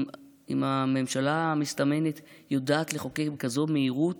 אם בממשלה המסתמנת יודעים לחוקק בכזאת מהירות,